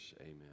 Amen